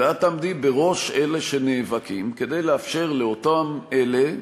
ושאת תעמדי בראש אלה שנאבקים כדי לאפשר לאותם אלה,